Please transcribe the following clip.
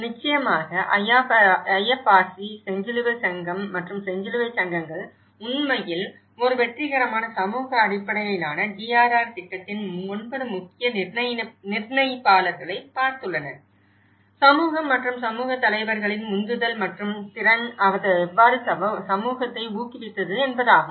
நிச்சயமாக IFRC செஞ்சிலுவை சங்கம் மற்றும் செஞ்சிலுவைச் சங்கங்கள் உண்மையில் ஒரு வெற்றிகரமான சமூக அடிப்படையிலான DRR திட்டத்தின் 9 முக்கிய நிர்ணயிப்பாளர்களைப் பார்த்துள்ளன சமூகம் மற்றும் சமூகத் தலைவர்களின் உந்துதல் மற்றும் திறன் அது எவ்வாறு சமூகத்தை ஊக்குவித்தது என்பதாகும்